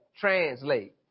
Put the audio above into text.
translate